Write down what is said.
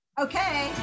Okay